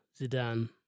Zidane